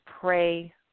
Pray